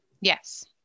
Yes